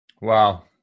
Wow